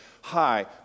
hi